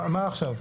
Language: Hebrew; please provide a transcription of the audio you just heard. מה עכשיו?